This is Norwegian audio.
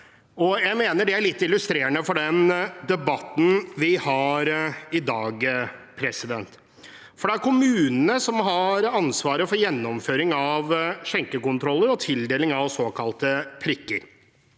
Jeg mener det er litt illustrerende for den debatten vi har i dag. Det er kommunene som har ansvaret for gjennomføring av skjenkekontroller og tildeling av såkalte prikker,